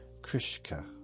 Krishka